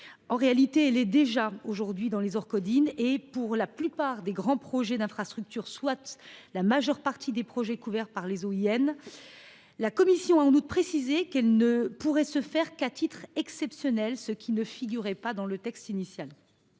en réalité, déjà possible dans les Orcod IN et la plupart des grands projets d’infrastructure, soit la majeure partie des projets couverts par les OIN. La commission a en outre précisé qu’elle ne pourrait se faire qu’à titre exceptionnel, ce qui ne figurait pas dans le texte initial.